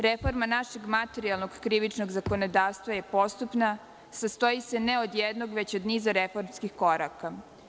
Reforma našeg materijalnog krivičnog zakonodavstva je postupna, sastoji se ne od jednog, već od niza reformskih koraka.